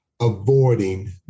Avoiding